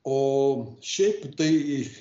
o šiaip tai